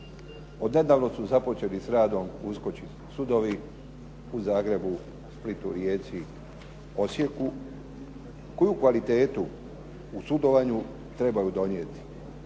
Od nedavno su započeli s radom uskočki sudovi u Zagrebu, Splitu, Rijeci, Osijeku koju kvalitetu u sudovanju trebaju donijeti.